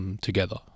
together